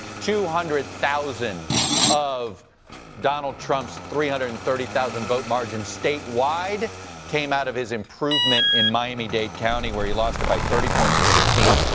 two hundred thousand of donald trump's three hundred and thirty thousand vote margin statewide came out of his improvement in miami-dade county, where he lost by thirty points in sixteen.